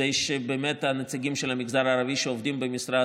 כדי שהנציגים של המגזר הערבי שעובדים במשרד